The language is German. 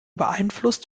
beeinflusst